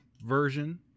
version